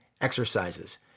exercises